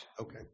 Okay